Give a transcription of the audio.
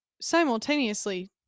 simultaneously